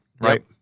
Right